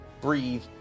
breathe